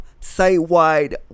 site-wide